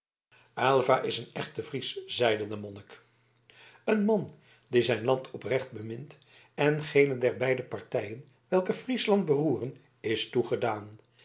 aylva is een echte fries zeide de monnik een man die zijn land oprecht bemint en geene der beide partijen welke friesland beroeren is toegedaan